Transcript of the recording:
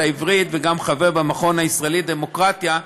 העברית וגם חבר במכון הישראלי לדמוקרטיה.